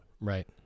Right